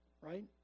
right